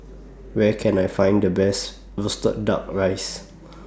Where Can I Find The Best Roasted Duck Rice